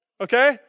okay